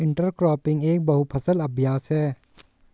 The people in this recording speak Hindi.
इंटरक्रॉपिंग एक बहु फसल अभ्यास है